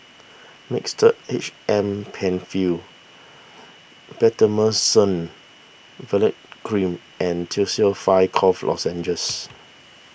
Mixtard H M Penfill Betamethasone Valerate Cream and Tussils five Cough Lozenges